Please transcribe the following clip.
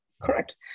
Correct